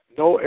no